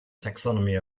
taxonomy